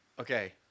Okay